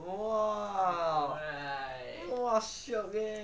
!wah! !wah! shiok eh I think your mother I think you will get more us !aiya!